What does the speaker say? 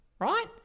right